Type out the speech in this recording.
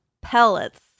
pellets